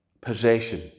possession